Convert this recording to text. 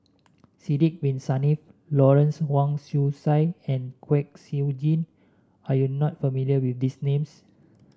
Sidek Bin Saniff Lawrence Wong Shyun Tsai and Kwek Siew Jin are you not familiar with these names